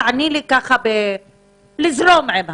תעני לי לזרום עם השאלות.